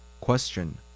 Question